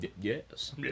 Yes